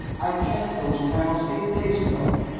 i checked those panels eight days ago!